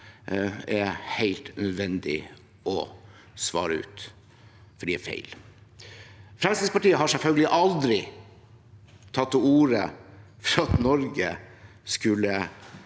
er helt nødvendig å svare ut, for de er feil. Fremskrittspartiet har selvfølgelig aldri tatt til orde for at Norge skal